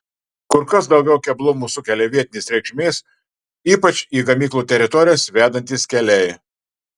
kur kas daugiau keblumų sukelia vietinės reikšmės ypač į gamyklų teritorijas vedantys keliai